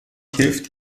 hilft